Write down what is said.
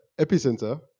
epicenter